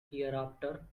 hereafter